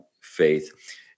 faith